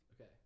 Okay